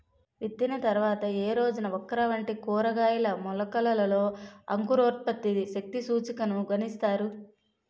విత్తిన తర్వాత ఏ రోజున ఓక్రా వంటి కూరగాయల మొలకలలో అంకురోత్పత్తి శక్తి సూచికను గణిస్తారు?